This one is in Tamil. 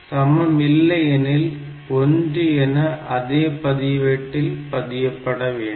சமம் இல்லையெனில் 1 என அதே பதிவேட்டில் பதியப்பட வேண்டும்